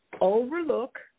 overlook